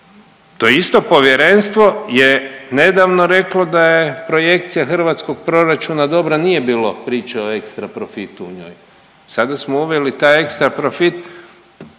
To isto povjerenstvo je nedavno reklo da je projekcija hrvatskog proračuna dobra, nije bilo priče o ekstra profitu u njoj. Sada smo uveli taj ekstra profit.